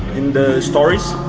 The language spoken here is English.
in the stories,